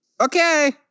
okay